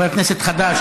חבר כנסת חדש,